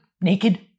naked